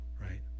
right